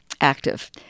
active –